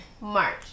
March